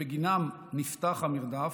שבגינם נפתח המרדף,